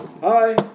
Hi